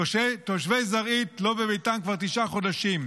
תושבי זרעית לא בביתם כבר תשעה חודשים.